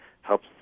helps